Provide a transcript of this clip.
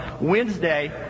Wednesday